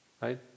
right